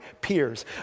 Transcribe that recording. peers